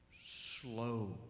slow